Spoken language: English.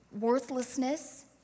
worthlessness